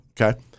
okay